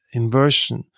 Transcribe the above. inversion